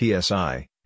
PSI